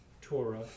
Torah